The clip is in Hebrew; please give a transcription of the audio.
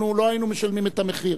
אנחנו לא היינו משלמים את המחיר.